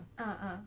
ah ah